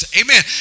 amen